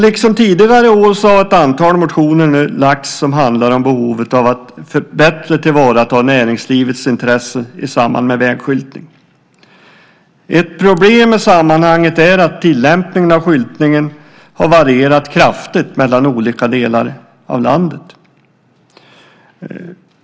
Liksom tidigare år har ett antal motioner lagts fram som handlar om behovet av att bättre tillvarata näringslivets intressen i samband med vägskyltning. Ett problem i sammanhanget är att tillämpningen av skyltningen har varierat kraftigt mellan olika delar av landet.